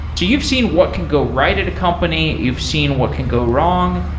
so you've seen what can go right a company. you've seen what can go wrong.